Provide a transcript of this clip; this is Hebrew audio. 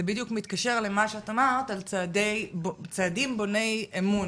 זה בדיוק מתקשר למה שאת אמרת על צעדים בוני אמון,